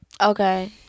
Okay